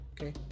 Okay